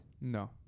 No